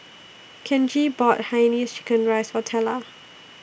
Kenji bought Hainanese Chicken Rice For Tella